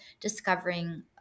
discovering